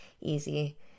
easy